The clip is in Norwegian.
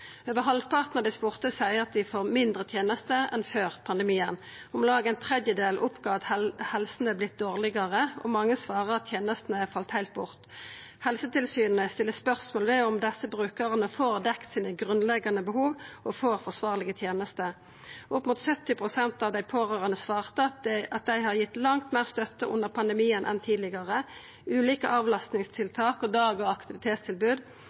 Over halvparten av dei spurde seier at dei får færre tenester enn før pandemien. Om lag ein tredjedel opplyste at helsa har vorte dårlegare, og mange svarer at tenestene har falle heilt bort. Helsetilsynet stiller spørsmål ved om desse brukarane får dekt dei grunnleggjande behova sine og får forsvarlege tenester. Opp mot 70 pst. av dei pårørande svarte at dei har gitt langt meir støtte under pandemien enn tidlegare. Ulike avlastingstiltak og dag- og aktivitetstilbod